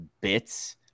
bits